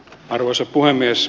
arvoisa puhemies